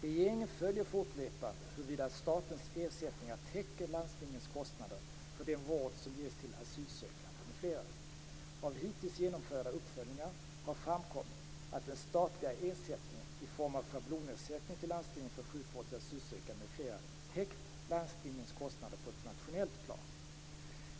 Regeringen följer fortlöpande huruvida statens ersättningar täcker landstingens kostnader för den vård som ges till asylsökande m.fl. Av hittills genomförda uppföljningar har framkommit att den statliga ersättningen i form av schablonersättning till landstingen för sjukvård till asylsökande m.fl. täckt landstingens kostnader på ett nationellt plan.